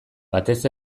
batez